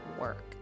work